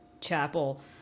chapel